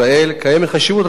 קיימת חשיבות רבה,